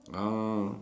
uh